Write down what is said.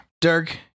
Dirk